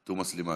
תומא סלימאן,